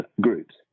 groups